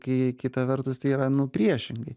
kai kita vertus tai yra nu priešingai